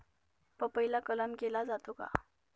पपईला कलम केला जातो का?